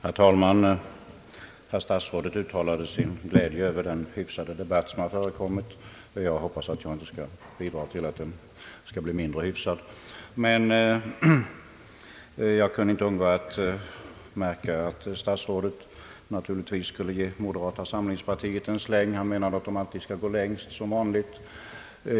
Herr talman! Herr statsrådet uttalade sin glädje över den hyfsade debatt som har förekommit, och jag hoppas att jag inte skall bidra till att den blir mindre hyfsad. Men jag kunde inte undgå att märka att herr statsrådet naturligtvis ville ge moderata samlingspartiet en släng av sleven och menade att det alltid skulle gå längst som vanligt.